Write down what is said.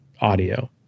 audio